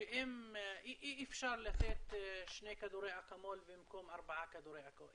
שאי אפשר לתת שני כדורי אקמול במקום ארבעה כדורי אקמול,